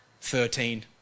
thirteen